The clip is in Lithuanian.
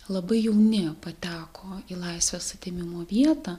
labai jauni pateko į laisvės atėmimo vietą